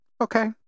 Okay